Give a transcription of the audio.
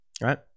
right